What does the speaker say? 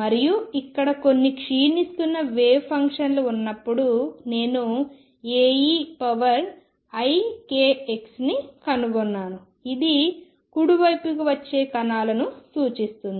మరియు ఇక్కడ కొన్ని క్షీణిస్తున్న వేవ్ ఫంక్షన్ ఉన్నప్పుడు నేను Aeikx ని కనుగొన్నాను ఇది కుడివైపుకి వచ్చే కణాలను సూచిస్తుంది